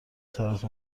سرت